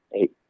eight